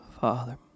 father